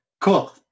Cool